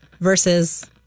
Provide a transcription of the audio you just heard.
versus